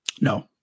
No